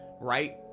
right